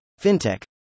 fintech